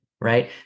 right